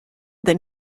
than